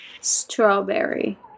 Strawberry